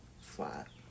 flat